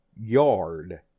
yard